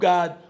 God